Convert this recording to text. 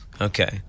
Okay